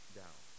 down